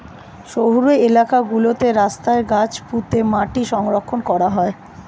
শহুরে এলাকা গুলোতে রাস্তায় গাছ পুঁতে মাটি সংরক্ষণ করা হয়